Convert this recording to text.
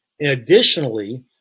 additionally